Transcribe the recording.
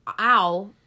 ow